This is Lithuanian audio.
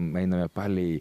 einame palei